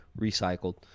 recycled